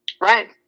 Right